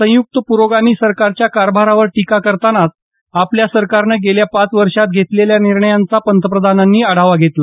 संयुक्त प्रोगामी सरकारच्या कारभारावर टीका करतानाच आपल्या सरकारनं गेल्या पाच वर्षांत घेतलेल्या निर्णयांचा पंतप्रधानांनी आढावा घेतला